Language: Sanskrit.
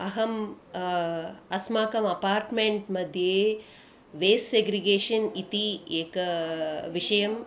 अहम् अस्माकम् अपार्ट्मेण्ट्मध्ये वेस् अग्रिगेशन् इति एकं विषयम्